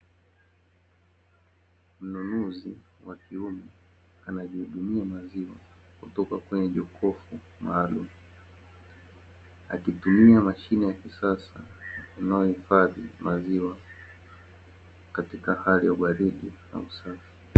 Mnunuzi wa kiume anajihudumia maziwa kutoka kwenye jokofu maalumu, akitumia mashine ya kisasa inayohifadhi maziwa katika hali ya ubaridi na usafi.